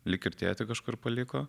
lyg ir tėtį kažkur paliko